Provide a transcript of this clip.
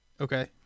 Okay